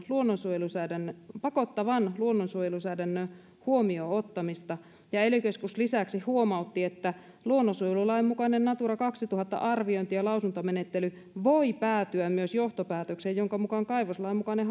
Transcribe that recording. luonnonsuojelusäädännön pakottavan luonnonsuojelusäädännön huomioon ottamista ja ely keskus lisäksi huomautti että luonnonsuojelulain mukainen natura kaksituhatta arviointi ja lausuntomenettely voi päätyä myös johtopäätökseen jonka mukaan kaivoslain mukainen